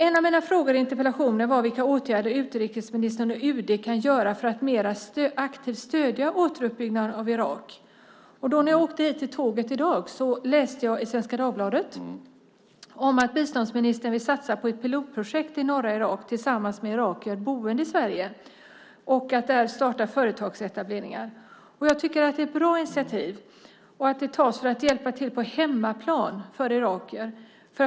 En av mina frågor i interpellationen var vilka åtgärder utrikesministern och UD kan vidta för att mer aktivt stödja återuppbyggnaden av Irak. När jag åkte hit med tåget i dag läste jag i Svenska Dagbladet att biståndsministern vill satsa på ett pilotprojekt i norra Irak tillsammans med irakier boende i Sverige för att starta företag där. Jag tycker att det är ett bra initiativ och att det är bra att det tas för att hjälpa till på hemmaplan för irakier.